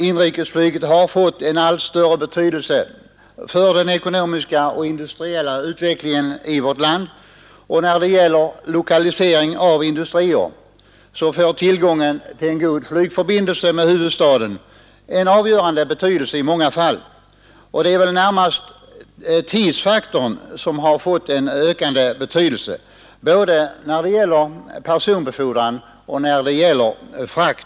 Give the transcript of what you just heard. Inrikesflyget har fått en allt större betydelse för den ekonomiska och industriella utvecklingen i vårt land. När det gäller lokaliseringen av industrier får tillgången till en god flygförbindelse med huvudstaden en avgörande betydelse i många sammanhang. Det är närmast tidsfaktorn som har fått ökad betydelse både i fråga om personbefordran och frakter.